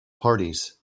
parties